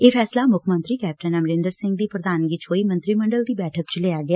ਇਹ ਫੈਸਲਾ ਮੁੱਖ ਮੰਤਰੀ ਕੈਪਟਨ ਅਮਰਿੰਦਰ ਸਿੰਘ ਦੀ ਪ੍ਰਧਾਨਗੀ ਚ ਹੋਈ ਮੰਤਰੀ ਮੰਡਲ ਦੀ ਬੈਠਕ ਚ ਲਿਆ ਗਿਆ